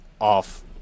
off